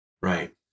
Right